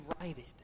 righted